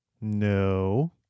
No